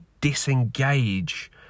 disengage